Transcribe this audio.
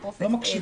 לא מקשיבים.